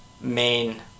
main